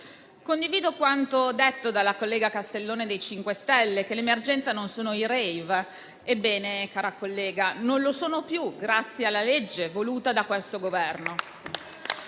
Condivido quanto detto dalla collega Castellone, del Gruppo MoVimento 5 Stelle, che l'emergenza non sono i *rave party*. Ebbene, cara collega, non lo sono più grazie alla legge voluta dal Governo.